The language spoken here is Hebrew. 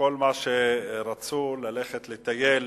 שכל מה שרצו היה ללכת לטייל